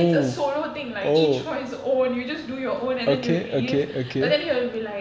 it's a solo thing like each for his own you just do your own and then you leave but then he will be like